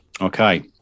Okay